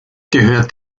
gehört